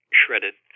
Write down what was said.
shredded